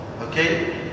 Okay